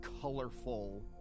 colorful